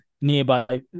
nearby